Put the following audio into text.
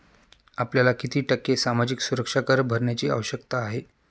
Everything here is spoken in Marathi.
आपल्याला किती टक्के सामाजिक सुरक्षा कर भरण्याची आवश्यकता आहे?